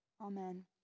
Amen